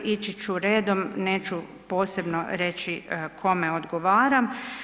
Ići ću redom, neću posebno reći kome odgovaram.